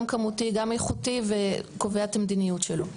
כמותי וגם איכותי וקובע את המדיניות שלו?